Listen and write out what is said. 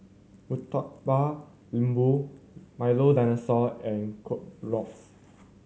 Murtabak Lembu Milo Dinosaur and Kueh Lapis